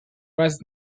was